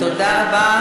תודה רבה